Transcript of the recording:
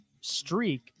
streak